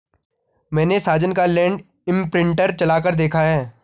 मैने साजन का land imprinter चलाकर देखा है